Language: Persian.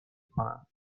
کنم